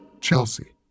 Chelsea